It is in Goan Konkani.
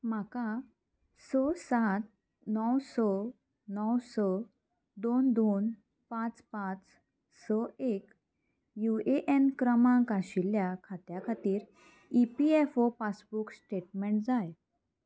म्हाका स सात णव स णव स दोन दोन पांच पांच स एक यु ए एन क्रमांक आशिल्ल्या खात्या खातीर E P F O passbook statement जाय